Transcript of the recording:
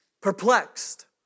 Perplexed